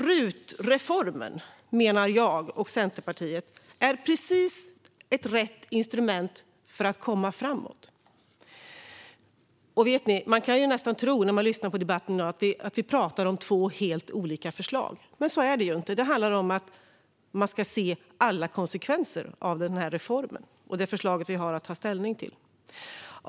RUT-reformen, menar jag och Centerpartiet, är precis rätt instrument för att komma framåt. Vet ni, man kan nästan tro när man lyssnar på debatten att vi pratar om två helt olika förslag. Men så är det inte. Det handlar om att se alla konsekvenser av reformen och av det förslag vi har att ta ställning till.